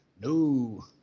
No